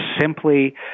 simply